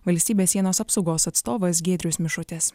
valstybės sienos apsaugos atstovas giedrius mišutis